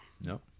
No